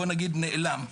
בוא נגיד, נעלם.